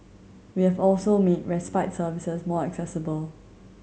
we have also made respite services more accessible